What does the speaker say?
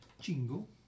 Jingle